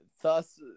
Thus